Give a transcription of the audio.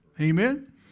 Amen